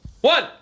One